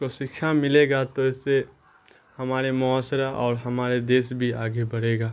کو سکچھا ملے گا تو اس سے ہمارے معاشرہ اور ہمارے دیس بھی آگے بڑھے گا